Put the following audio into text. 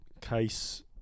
case